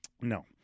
no